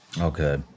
Okay